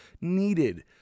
needed